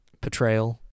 portrayal